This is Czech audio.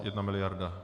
Jedna miliarda.